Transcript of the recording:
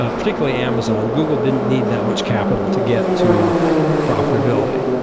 ah particularly amazon, google didn't need that much capital to get to profitability,